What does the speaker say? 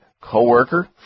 coworker